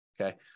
okay